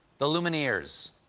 the lumineers!